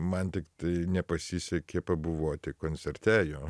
man tiktai nepasisekė pabuvoti koncerte jo